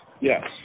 Yes